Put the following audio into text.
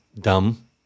dumb